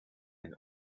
and